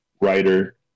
writer